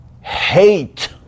hate